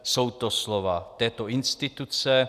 Jsou to slova této instituce.